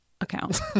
account